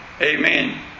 amen